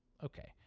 Okay